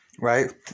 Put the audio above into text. right